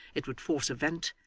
it would force a vent,